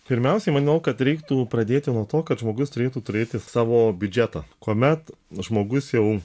pirmiausiai manau kad reiktų pradėti nuo to kad žmogus turėtų turėti savo biudžetą kuomet žmogus jau